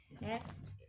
Next